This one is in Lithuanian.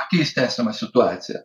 pakeisti esamą situaciją